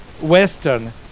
Western